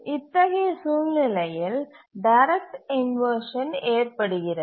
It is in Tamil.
இத்தகைய சூழ்நிலையில் டைரக்ட் இன்வர்ஷன் ஏற்படுகிறது